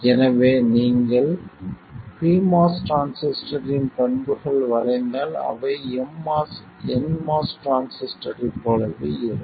எனவே நீங்கள் pMOS டிரான்சிஸ்டரின் பண்புகளை வரைந்தால் அவை nMOS டிரான்சிஸ்டரைப் போலவே இருக்கும்